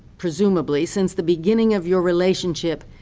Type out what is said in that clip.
presumably, since the beginning of your relationship,